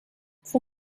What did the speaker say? for